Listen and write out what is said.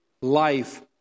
life